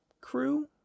crew